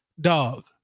Dog